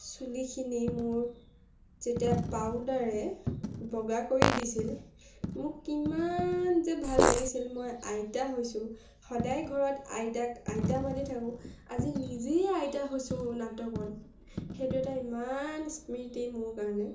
চুলিখিনি মোৰ যেতিয়া পাউদাৰে বগা কৰি দিছিল মোক কিমান যে ভাল লাগিছিল মই আইতা হৈছোঁ সদায় ঘৰত আইতাক আইতা মাতি থাকোঁ আজি নিজেই আইতা হৈছোঁ নাটকত সেইটো এটা ইমান স্মৃতি মোৰ কাৰণে